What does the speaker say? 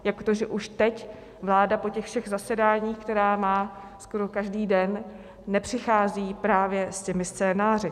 Jak to, že už teď vláda po těch všech zasedáních, která má skoro každý den, nepřichází právě s těmi scénáři?